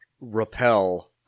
repel